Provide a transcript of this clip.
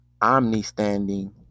omni-standing